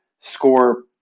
score